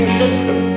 system